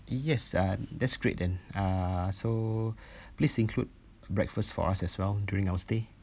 yes uh that's great then uh so please include breakfast for us as well during our stay